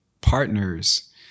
partners